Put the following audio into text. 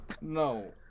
No